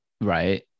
Right